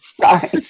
Sorry